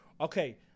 okay